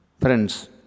Friends